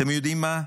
אתם יודעים מה,